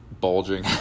bulging